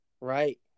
Right